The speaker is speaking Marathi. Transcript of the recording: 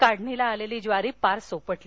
काढणीला आलेली ज्वारी पार सोपटली